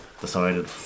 decided